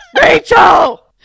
Rachel